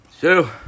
Two